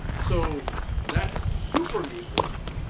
so that's super newsworthy.